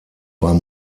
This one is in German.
beim